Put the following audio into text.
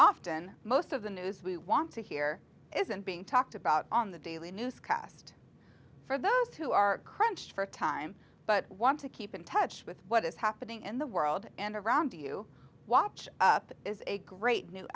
often most of the news we want to hear isn't being talked about on the daily newscast for those who are crunched for time but want to keep in touch with what is happening in the world and around do you watch is a great new